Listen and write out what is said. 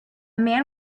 man